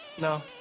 No